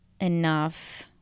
enough